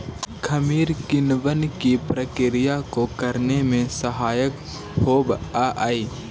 खमीर किणवन की प्रक्रिया को करने में सहायक होवअ हई